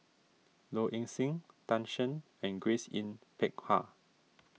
Low Ing Sing Tan Shen and Grace Yin Peck Ha